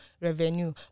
revenue